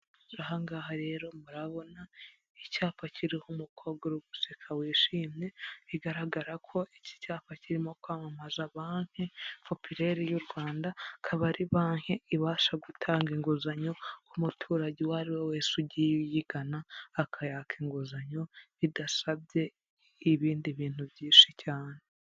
Aha ngaha rero murabona icyapa kiriho umukobwa uri guseka wishimye bigaragara ko iki cyapa kirimo kwamamaza banki, popirer y'u Rwanda, akaba ari banki ibasha gutanga inguzanyo ku muturage uwo ari we wese ugiye ayigana akayaka inguzanyo bidasabye ibindi bintu byinshi cyane.